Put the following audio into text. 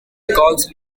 calls